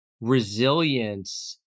resilience